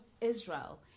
israel